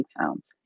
pounds